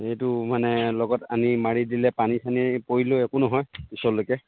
এইটো মানে লগত আনি মাৰি দিলে পানী চানী পৰিলেও একো নহয় পিছলৈকে